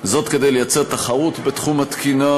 וזאת כדי לייצר תחרות בתחום התקינה,